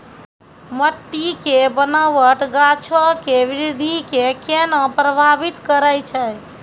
मट्टी के बनावट गाछो के वृद्धि के केना प्रभावित करै छै?